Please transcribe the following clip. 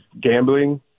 gambling